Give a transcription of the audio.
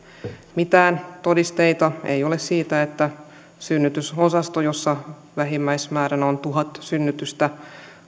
mitään todisteita ei ole siitä että synnytysosasto jossa vähimmäismääränä on tuhat synnytystä